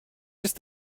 just